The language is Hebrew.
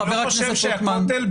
אני לא חושב שהכותל,